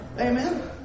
Amen